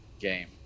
game